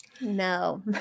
No